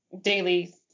daily